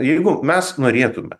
jeigu mes norėtume